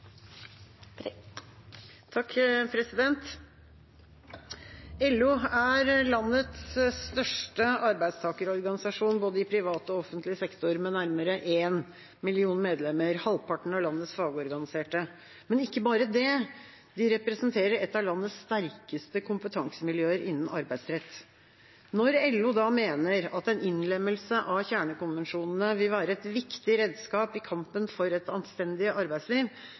offentlig sektor, med nærmere én million medlemmer, halvparten av landets fagorganiserte. Men ikke bare det, de representerer et av landets sterkeste kompetansemiljøer innen arbeidsrett. Når LO mener at en innlemmelse av kjernekonvensjonene vil være et viktig redskap i kampen for et anstendig arbeidsliv,